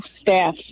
staff